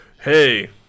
Hey